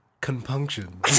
Compunction